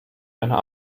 einer